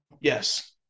Yes